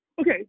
okay